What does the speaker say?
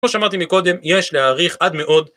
כמו שאמרתי מקודם, יש להעריך עד מאוד..